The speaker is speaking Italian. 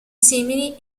simili